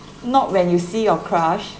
not when you see your crush